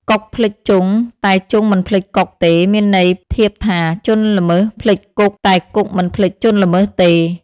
កុកភ្លេចជង់ តែជង់មិនភ្លេចកុកទេ មានន័យធៀបថា ជនល្មើសភ្លេចគុក តែគុកមិនភ្លេចជនល្មើសទេ។